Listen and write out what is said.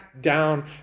down